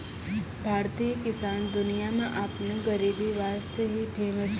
भारतीय किसान दुनिया मॅ आपनो गरीबी वास्तॅ ही फेमस छै